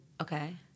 Okay